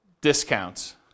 discounts